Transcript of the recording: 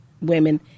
women